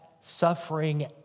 suffering